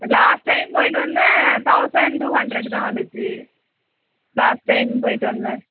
last time போய்ட்டு வந்தேன் thousand two hundred தான் வந்துச்சு லாஸ்ட் டைம் போய்ட்டு வந்தேன்